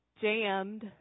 jammed